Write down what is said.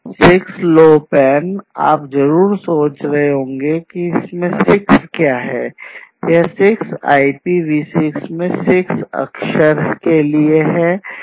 6LoWPAN आप जरूर सोच रहे हो यहां 6 क्या है यह 6 IPv6 में 6 अक्षर के लिए है